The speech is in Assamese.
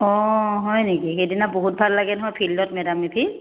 অঁ হয় নেকি সেইদিনা বহুত ভাল লাগে নহয় ফিল্ডত মে ডাম মে ফি